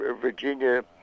Virginia